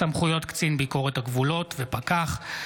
(סמכויות קצין ביקורת הגבולות ופקח),